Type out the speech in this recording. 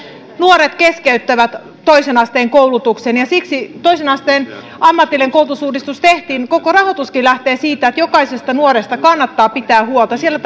nuoret keskeyttävät toisen asteen koulutuksen ja siksi toisen asteen ammatillinen koulutusuudistus tehtiin koko rahoituskin lähtee siitä että jokaisesta nuoresta kannattaa pitää huolta siellä